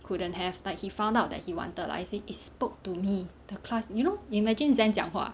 couldn't have like he found out that he wanted lah he say it spoke to me the class you know you imagine zen 讲话